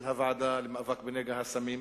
של הוועדה למאבק בנגע הסמים.